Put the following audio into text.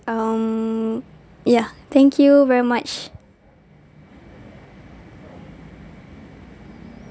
um ya thank you very much